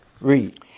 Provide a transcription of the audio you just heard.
Read